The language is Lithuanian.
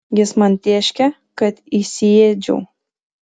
jis man tėškė kad įsiėdžiau